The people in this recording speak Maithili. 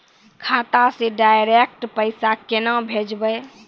खाता से डायरेक्ट पैसा केना भेजबै?